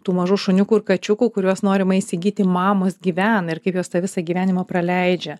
tų mažų šuniukų kačiukų kuriuos norima įsigyti mamos gyvena ir kaip jos tą visą gyvenimą praleidžia